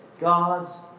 God's